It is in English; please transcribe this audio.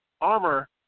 armor